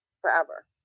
forever